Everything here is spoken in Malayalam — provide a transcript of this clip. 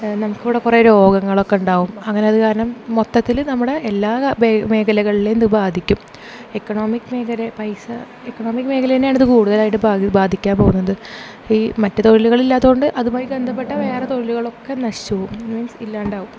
നമുക്ക് ഇവിടെ കുറേ രോഗങ്ങളൊക്കെ ഉണ്ടാവും അങ്ങനെ അത് കാരണം മൊത്തത്തിൽ നമ്മുടെ എല്ലാ മേഖലകളിലേയും ഇത് ബാധിക്കും എക്കണോമിക്ക് മേഖലയെ പൈസ എക്കണോമിക്ക് മേഖലയിൽ ആണത് കൂടുതലായിട്ട് ബാധിക്കാൻ പോകുന്നത് ഈ മറ്റ് തൊഴിലുകളില്ലാത്തത് കൊണ്ട് അതുമായി ബന്ധപ്പെട്ട വേറെ തൊഴിലുകളൊക്കെ നശിച്ച് പോകും മീൻസ് ഇല്ലാണ്ടാവും